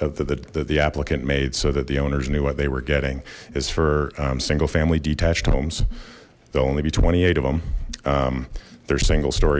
of the the the applicant made so that the owners knew what they were getting is for single family detached homes they'll only be twenty eight of them they're single story